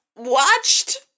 watched